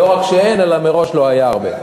לא רק שאין, אלא מראש לא היה הרבה.